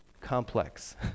complex